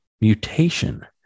mutation